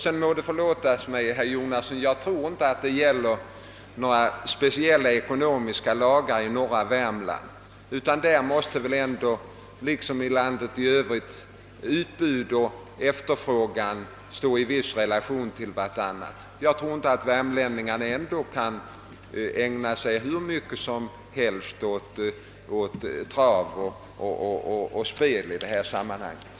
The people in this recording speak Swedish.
Det må förlåtas mig, herr Jonasson, att jag inte tror att några speciella ekonomiska lagar gäller i norra Värmland, Där måste väl ändå liksom i landet i övrigt utbud och efterfrågan stå i viss relation till varandra. Jag tror inte värmlänningarna kan ägna sig hur mycket som helst åt totospel vid travtävlingar.